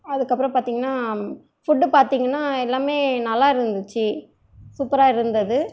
அதுக்கப்புறோம் பார்த்திங்ன்னா ஃபுட்டு பார்த்திங்ன்னா எல்லாமே நல்லா இருந்துச்சு சூப்பராக இருந்துது